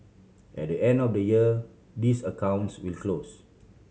at the end of the year these accounts will close